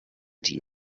die